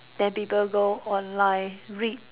then people go online read